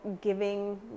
giving